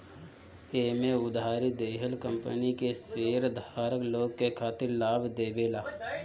एमे उधारी देहल कंपनी के शेयरधारक लोग के खातिर लाभ देवेला